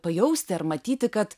pajausti ar matyti kad